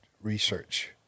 research